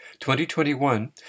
2021